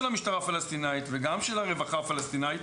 המשטרה הפלסטינאית וגם של הרווחה הפלסטינאית,